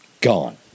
Gone